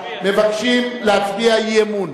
מבקשים להצביע אי-אמון.